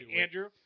Andrew